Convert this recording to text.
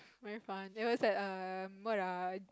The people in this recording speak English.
very fun it was at err what ah